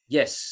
Yes